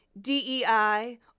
DEI